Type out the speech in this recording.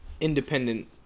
independent